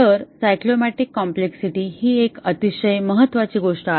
तर cyclomatic complexity ही एक अतिशय महत्त्वाची गोष्ट आहे